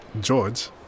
george